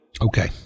Okay